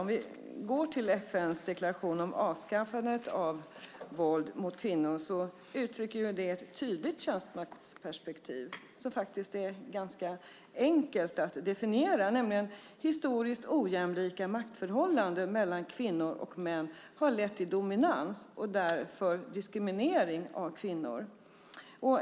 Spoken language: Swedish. Om vi går till FN:s deklaration om avskaffandet av våld mot kvinnor ser vi att där uttrycks ett tydligt könsmaktsperspektiv som faktiskt är ganska enkelt att definiera, nämligen att historiskt ojämlika maktförhållanden mellan kvinnor och män har lett till dominans och därför diskriminering av kvinnor.